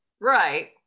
Right